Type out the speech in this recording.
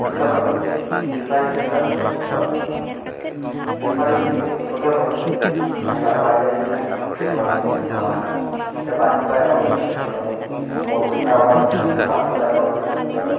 ᱡᱚᱛᱚᱠᱷᱚᱱ ᱨᱮᱯᱷᱟᱨᱤ ᱥᱤᱫᱽᱫᱷᱟᱱᱛᱚ ᱪᱩᱲᱟᱱᱛᱚ ᱨᱮᱯᱷᱟᱨᱤ ᱡᱚᱛᱚᱠᱷᱚᱱ ᱡᱟᱦᱟᱱᱟᱜ ᱵᱟᱭ ᱞᱟᱹᱭ ᱞᱮᱠᱷᱟᱱ ᱚᱱᱟ ᱫᱚ ᱵᱟᱝ ᱦᱩᱭᱩᱜᱼᱟ ᱥᱮ ᱵᱟᱸᱥᱤ ᱵᱟᱭ ᱚᱨᱚᱝ ᱞᱮᱠᱷᱟᱱ ᱚᱱᱟ ᱫᱚ ᱢᱚᱱ ᱠᱚᱡ ᱛᱟᱵ ᱮᱢᱟᱱ ᱞᱮᱱᱠᱷᱟᱱ ᱵᱟᱸᱥᱤ ᱵᱟᱭ ᱚᱨᱚᱝ ᱞᱮᱠᱷᱟᱱ ᱚᱱᱟ ᱫᱚ